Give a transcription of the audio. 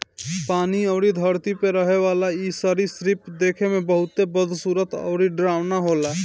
पानी अउरी धरती पे रहेवाला इ सरीसृप देखे में बहुते बदसूरत अउरी डरावना होला